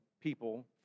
people